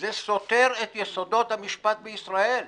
זה סותר את יסודות המשפט בישראל.